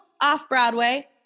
off-Broadway